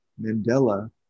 Mandela